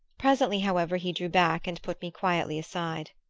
presently, however, he drew back, and put me quietly aside.